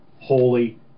Holy